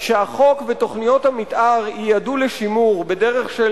שהחוק ותוכניות המיתאר ייעדו לשימור בדרך של